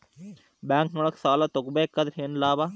ಬ್ಯಾಂಕ್ನೊಳಗ್ ಸಾಲ ತಗೊಬೇಕಾದ್ರೆ ಏನ್ ಲಾಭ?